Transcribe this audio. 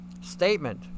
statement